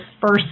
first